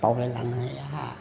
बावलायलाङोहाय आंहा